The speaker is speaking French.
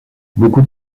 beaucoup